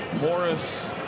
Morris